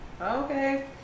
Okay